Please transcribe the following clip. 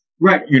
Right